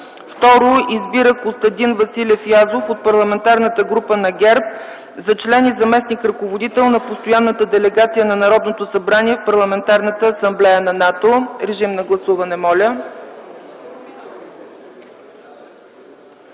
2. Избира Костадин Василев Язов от Парламентарната група на Политическа партия ГЕРБ за член и заместник-ръководител на Постоянната делегация на Народното събрание в Парламентарната асамблея на НАТО”. Режим на гласуване, моля.